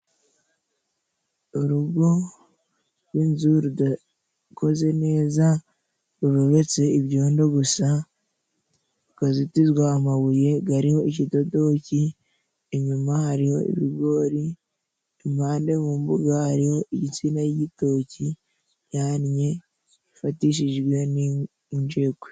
Urugo gw'inzu rudakoze neza rurobetse ibyondo gusa rukazitizwa amabuye gariho ikidodoki, inyuma hariho ibigori, impande mu mbuga hariho insina y'igitoki yannye ifatishijwe n'injegwe.